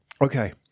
Okay